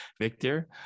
Victor